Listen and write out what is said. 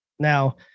Now